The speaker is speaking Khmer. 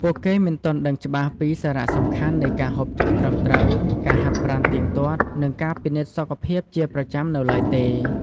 ពួកគេមិនទាន់ដឹងច្បាស់ពីសារៈសំខាន់នៃការហូបចុកត្រឹមត្រូវ ការហាត់ប្រាណទៀងទាត់ និងការពិនិត្យសុខភាពជាប្រចាំនៅឡើយទេ។